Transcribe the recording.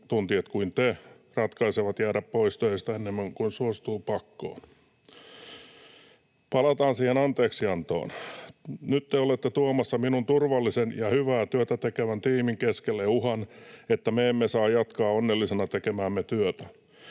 asiantuntijat kuin te ratkaisevat jäädä pois töistä ennemmin kuin suostuvat pakkoon? Palataan siihen anteeksiantoon. Nyt te olette tuomassa minun turvallisen ja hyvää työtä tekevän tiimini keskelle uhan, että me emme saa jatkaa onnellisena tekemäämme työtä